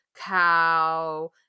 Cow